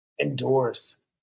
endorse